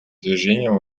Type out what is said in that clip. движением